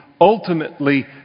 ultimately